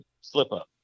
slip-up